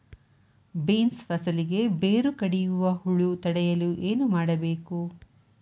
Beans ಫಸಲಿಗೆ ಬೇರು ಕಡಿಯುವ ಹುಳು ತಡೆಯಲು ಏನು ಮಾಡಬೇಕು?